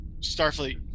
Starfleet